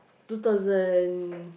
two thousand